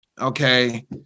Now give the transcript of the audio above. okay